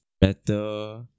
better